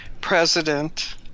president